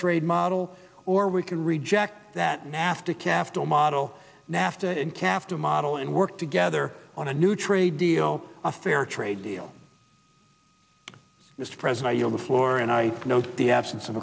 trade model or we can reject that nafta capital model nafta and taft a model and work together on a new trade deal a fair trade deal with the president you know the floor and i know the absence of